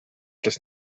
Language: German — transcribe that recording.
des